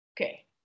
Okay